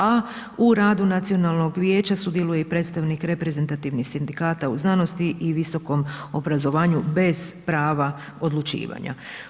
A u radu nacionalnog vijeća sudjeluje i predstavnik reprezentativnih sindikata u znanosti i visokom obrazovanju bez prava odlučivanja.